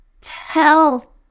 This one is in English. Tell